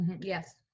yes